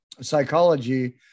psychology